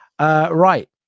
Right